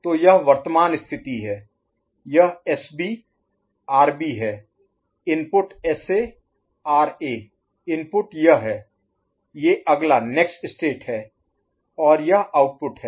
तो यह वर्तमान स्थिति है यह एसबी आरबी है इनपुट एसए आरए इनपुट यह है ये अगला नेक्स्ट स्टेट है और यह आउटपुट है